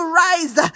rise